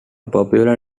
popular